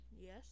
Yes